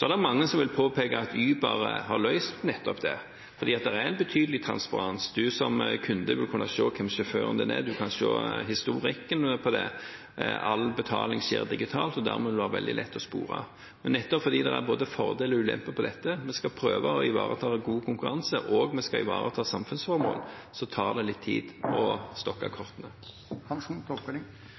Det er mange som vil påpeke at Uber har løst nettopp det, for det er en betydelig transparens – som kunde vil man kunne se hvem sjåføren er, man kan se historikken for det, all betaling skjer digitalt og vil dermed være lett å spore. Nettopp fordi det er både fordeler og ulemper med dette – vi skal prøve å ivareta god konkurranse, og vi skal ivareta samfunnsformål – så tar det litt tid å stokke